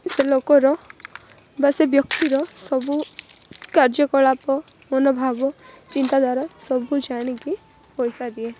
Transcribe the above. ସେ ଲୋକର ବା ସେଇ ବ୍ୟକ୍ତିର ସବୁ କାର୍ଯ୍ୟକଳାପ ମନୋଭାବ ଚିନ୍ତାଧାରା ସବୁ ଜାଣିକି ପଇସା ଦିଏ